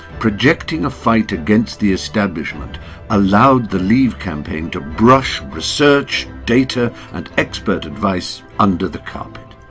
projecting a fight against the establishment allowed the leave campaign to brush research data and expert advice under the carpet.